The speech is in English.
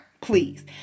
please